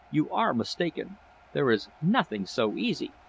you are mistaken there is nothing so easy.